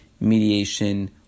mediation